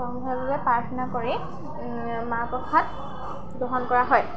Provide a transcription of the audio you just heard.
সমূহীয়াভাৱে প্ৰাৰ্থনা কৰি মাহ প্ৰসাদ গ্ৰহণ কৰা হয়